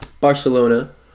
Barcelona